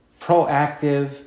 proactive